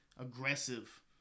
aggressive